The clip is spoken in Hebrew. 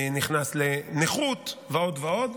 הוא נכנס לנכות ועוד ועוד,